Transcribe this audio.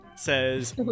says